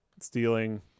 stealing